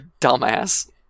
dumbass